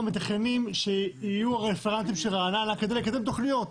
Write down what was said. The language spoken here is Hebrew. מתכננים שיהיו הרפרנטים של רעננה כדי לקדם תוכניות.